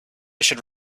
should